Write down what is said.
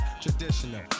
Traditional